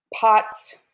POTS